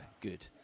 good